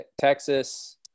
Texas